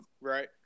Right